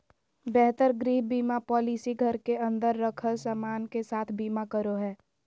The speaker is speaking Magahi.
बेहतर गृह बीमा पॉलिसी घर के अंदर रखल सामान के साथ बीमा करो हय